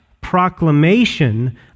proclamation